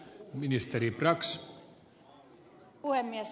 arvoisa puhemies